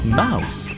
mouse